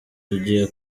tugiye